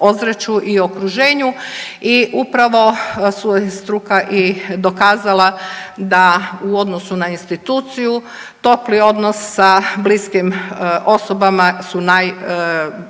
ozračju i okruženju i upravo su i struka i dokazala da u odnosu na instituciju topli odnos sa bliskim osobama su najpovoljniji